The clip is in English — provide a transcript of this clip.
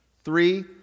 Three